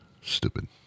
Stupid